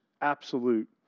absolute